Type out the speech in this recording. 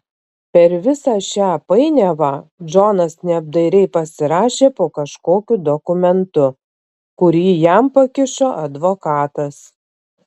per visą šią painiavą džonas neapdairiai pasirašė po kažkokiu dokumentu kurį jam pakišo advokatas